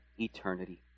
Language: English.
eternity